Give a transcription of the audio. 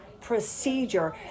procedure